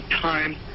time